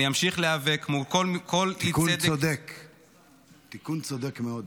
תיקון צודק מאוד.